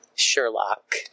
sherlock